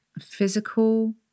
physical